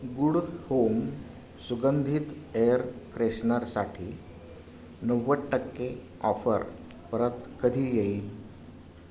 good home सुगंधित air फ्रेशनरसाठी नव्वद टक्के ऑफर परत कधी येईल